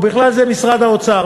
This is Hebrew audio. ובכלל זה משרד האוצר,